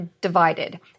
divided